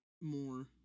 more